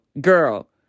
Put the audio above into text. girl